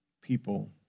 people